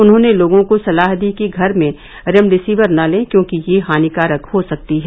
उन्होंने लोगों को सलाह दी कि घर में रेमडेसिविर न लें क्योंकि यह हानिकारक हो सकती है